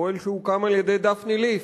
אוהל שהוקם על-ידי דפני ליף,